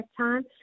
time